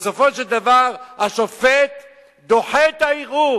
ובסופו של דבר השופט דוחה את הערעור,